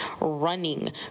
running